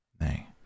Nay